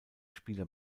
spieler